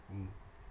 mm